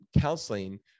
counseling